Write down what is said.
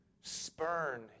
spurn